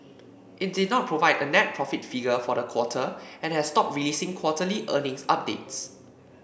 it did not provide a net profit figure for the quarter and has stopped releasing quarterly earnings updates